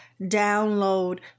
download